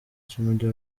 cy’umujyi